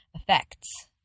effects